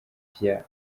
vya